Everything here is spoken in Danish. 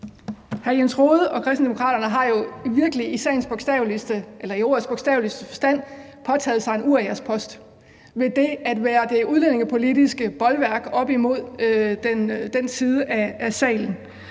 Hr. Jens Rohde og Kristendemokraterne har jo virkelig i ordets bogstaveligste forstand påtaget sig en uriaspost ved at være det udlændingepolitiske bolværk op imod den side af salen.